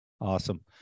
Awesome